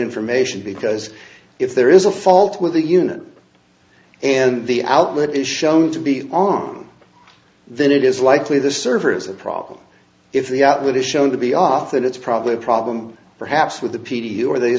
information because if there is a fault with the unit and the outlet is shown to be on then it is likely the server has a problem if the outlet is shown to be off and it's probably a problem perhaps with the p t or they